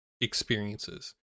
experiences